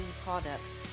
products